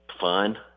fun